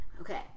Okay